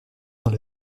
dans